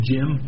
Jim